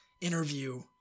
interview